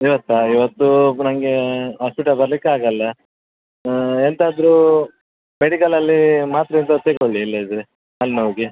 ಇವತ್ತಾ ಇವತ್ತು ನನಗೆ ಹಾಸ್ಪಿಟಲ್ ಬರ್ಲಿಕ್ಕೆ ಆಗಲ್ಲ ಎಂಥಾದರೂ ಮೆಡಿಕಲಲ್ಲಿ ಮಾತ್ರೆ ಎಂತಾದ್ರು ತೆಕ್ಕೊಳ್ಳಿ ಇಲ್ಲದಿದ್ರೆ ಹಲ್ಲುನೋವಿಗೆ